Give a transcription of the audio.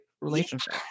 relationship